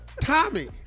Tommy